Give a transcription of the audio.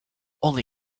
only